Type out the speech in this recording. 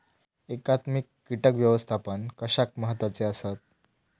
एकात्मिक कीटक व्यवस्थापन कशाक महत्वाचे आसत?